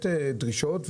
דרישות,